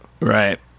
right